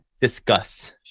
discuss